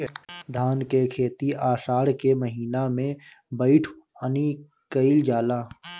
धान के खेती आषाढ़ के महीना में बइठुअनी कइल जाला?